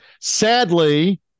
Sadly